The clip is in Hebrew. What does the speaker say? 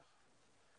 שאני